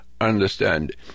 understand